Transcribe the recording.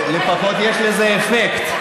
לפחות יש לזה אפקט.